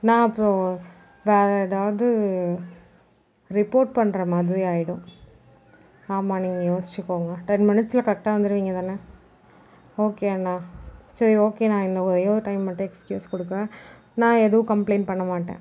நான் அப்போது வேறு ஏதாவது ரிப்போர்ட் பண்ணுற மாதிரி ஆகிடும் ஆமாம் நீங்கள் யோசித்துக்கோங்க டென் மினிட்ஸில் கரெக்டாக வந்துடுவீங்க தானே ஓகே அண்ணா சரி ஓகே நான் இன்னும் ஒரே ஒரு டைம் மட்டும் எக்ஸ்கியூஸ் கொடுக்குறேன் நான் எதுவும் கம்ப்ளைண்ட் பண்ண மாட்டேன்